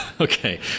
Okay